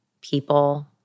people—